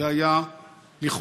זה היה לכאורה,